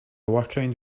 workaround